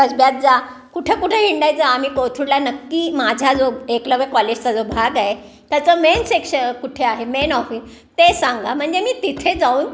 कसब्यात जा कुठे कुठे हिंडायचं आम्ही कोथरूडला नक्की माझा जो एकलव्य कॉलेजचा जो भाग आहे त्याचं मेन सेक्श कुठे आहे मेन ऑफिस ते सांगा म्हणजे मी तिथे जाऊन